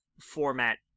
format